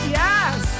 yes